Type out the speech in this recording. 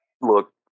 Look